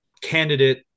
candidate